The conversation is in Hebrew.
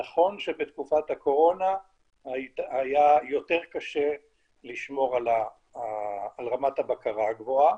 נכון שבתקופת הקורונה היה יותר קשה לשמור על רמת הבקרה הגבוהה.